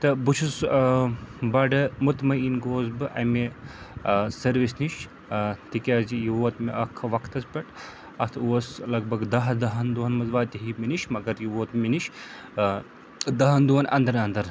تہٕ بہٕ چھُس ٲں بَڑٕ مُطمن گوس بہٕ اَمہِ ٲں سٔروِس نِش ٲں تِکیٛازِ یہِ ووت مےٚ اَکھ وَقتَس پٮ۪ٹھ اَتھ اوس لگ بھگ دَہ دَہَن دۄہَن منٛز واتہِ ہے یہِ مےٚ نِش مگر یہِ ووت مےٚ نِش ٲں دَہن دۄہَن انٛدر انٛدر